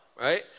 right